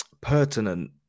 Pertinent